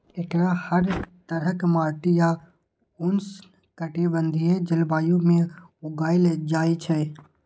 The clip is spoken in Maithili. एकरा हर तरहक माटि आ उष्णकटिबंधीय जलवायु मे उगायल जाए छै